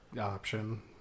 option